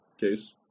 case